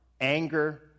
Anger